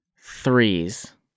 threes